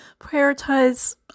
prioritize